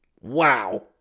Wow